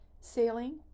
Sailing